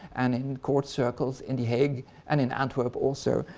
and in court circles in the hague and in antwerp also.